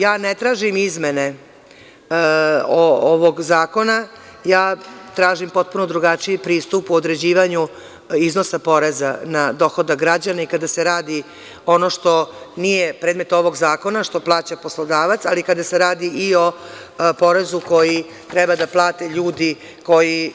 Ja ne tražim izmene ovog zakona, ja tražim potpuno drugačiji pristup u određivanju iznosa poreza na dohodak građana i kada se radi ono što nije predmet ovog zakona što plaća poslodavac, ali kada se radi i o porezu koji treba da plate ljudi koji